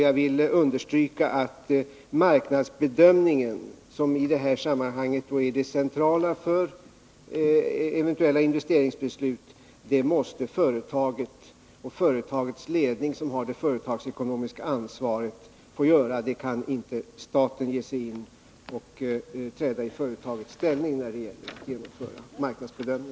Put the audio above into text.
Jag vill understryka att marknadsbedömningen, som i det här sammanhanget är det centrala för eventuella investeringsbeslut, måste företaget och företagets ledning, som har det företagsekonomiska ansvaret, få göra. Staten kan inte träda i företagets ställe när det gäller den.